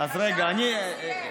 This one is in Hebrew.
חשבתי שהוא סיים.